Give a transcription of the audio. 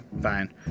fine